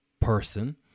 person